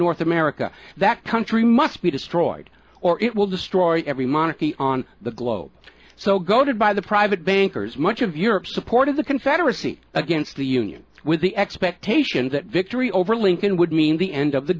north america that country must be destroyed or it will destroy every monitor the on the globe so go did by the private bankers much of europe supported the confederacy against the union with the expectation that victory over lincoln would mean the end of the